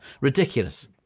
Ridiculous